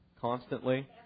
constantly